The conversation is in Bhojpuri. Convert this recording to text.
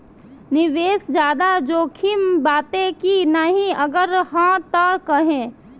निवेस ज्यादा जोकिम बाटे कि नाहीं अगर हा तह काहे?